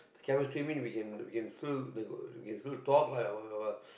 chemistry mean we can we can still we can still talk lah